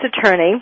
attorney